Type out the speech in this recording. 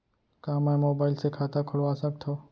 का मैं मोबाइल से खाता खोलवा सकथव?